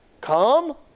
come